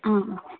ஆ